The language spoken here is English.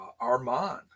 Armand